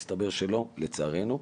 מסתבר שלא, לצערנו.